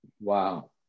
Wow